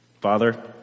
Father